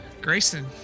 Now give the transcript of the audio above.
Grayson